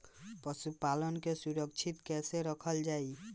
पशुपालन के सुरक्षित कैसे रखल जाई?